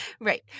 Right